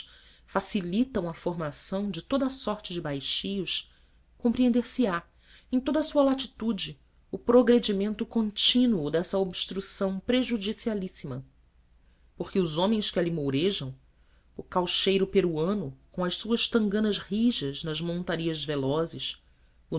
facilitam a formação de toda a sorte de baixios compreender se á em toda a sua latitude o progredimento contínuo dessa obstrução prejudicialíssima porque os homens que ali mourejam o caucheiro peruano com as suas tanganas rijas nas montarias velozes